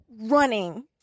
Running